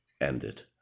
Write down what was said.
ended